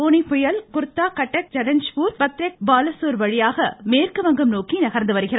போனி புயல் குர்தா கட்டக் ஜட்ஞ்பூர் பத்ரக் பாலசோர் வழியாக மேற்கு வங்கம் நோக்கி நகர்ந்து வருகிறது